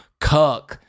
cuck